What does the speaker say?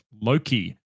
Loki